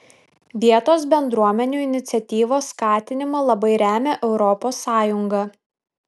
vietos bendruomenių iniciatyvos skatinimą labai remia europos sąjunga